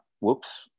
whoops